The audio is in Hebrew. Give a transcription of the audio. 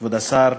כבוד השר,